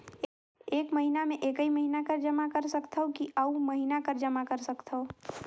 एक महीना मे एकई महीना कर जमा कर सकथव कि अउ महीना कर जमा कर सकथव?